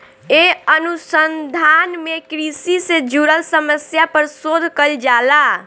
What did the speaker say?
ए अनुसंधान में कृषि से जुड़ल समस्या पर शोध कईल जाला